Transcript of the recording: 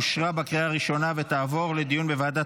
לוועדה